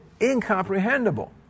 incomprehensible